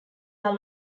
are